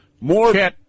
more –